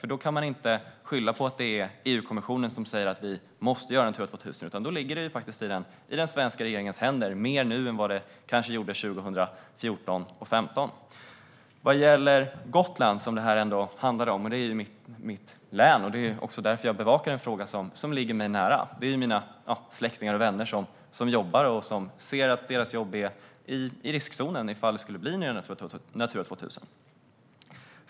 Då kan man nämligen inte skylla på att det är EU-kommissionen som säger att vi måste göra Natura 2000-områden, utan då ligger det faktiskt i den svenska regeringens händer - mer nu än vad det kanske gjorde 2014 och 2015. Vad gäller Gotland, som det här ändå handlar om, är det mitt län, och det är också därför jag bevakar en fråga som ligger mig nära. Det är ju mina släktingar och vänner som ser att deras jobb är i riskzonen om det skulle bli nya Natura 2000.